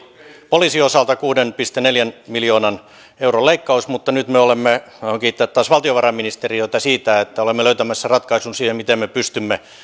poliisin osalta kuuden pilkku neljän miljoonan euron leikkaus mutta nyt me olemme haluan kiittää taas valtiovarainministeriötä siitä löytämässä ratkaisun siihen miten me pystymme